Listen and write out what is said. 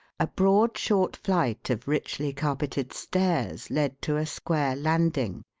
a broad, short flight of richly carpeted stairs led to a square landing,